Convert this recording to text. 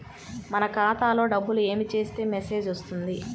మన ఖాతాలో డబ్బులు ఏమి చేస్తే మెసేజ్ వస్తుంది?